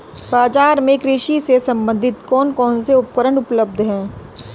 बाजार में कृषि से संबंधित कौन कौन से उपकरण उपलब्ध है?